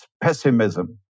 pessimism